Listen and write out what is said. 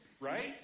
Right